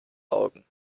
augen